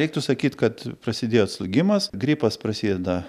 reiktų sakyti kad prasidėjo atslūgimas gripas prasideda